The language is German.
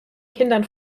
kindern